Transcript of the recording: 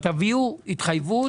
אבל תביאו התחייבות